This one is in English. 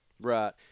Right